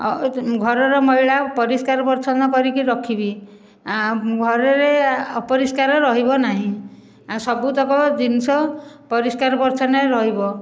ଘରର ମଇଳା ପରିଷ୍କାର ପରିଚ୍ଛନ୍ନ କରି ରଖିବି ଘରରେ ଅପରିଷ୍କାର ରହିବ ନାହିଁ ସବୁତକ ଜିନିଷ ପରିଷ୍କାର ପରିଚ୍ଛନ୍ନରେ ରହିବ